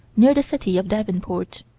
near the city of davenport.